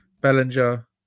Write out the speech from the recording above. Bellinger